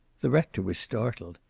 the rector was startled.